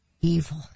evil